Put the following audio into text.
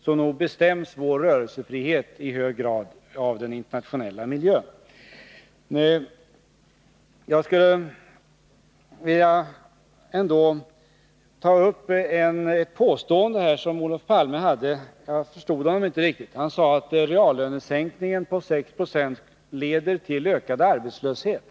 Så nog bestäms vår rörelsefrihet i hög grad av den internationella miljön. Jag skulle vilja ta upp ett av Olof Palmes påståenden, som jag inte riktigt förstod. Han sade att reallönesänkningen på 6 90 leder till en ökning av arbetslösheten.